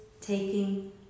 taking